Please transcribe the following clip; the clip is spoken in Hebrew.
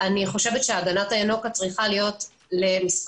אני חושבת שהגנת הינוקא צריכה להיות לזמן